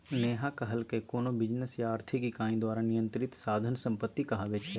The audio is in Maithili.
नेहा कहलकै कोनो बिजनेस या आर्थिक इकाई द्वारा नियंत्रित साधन संपत्ति कहाबै छै